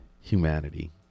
humanity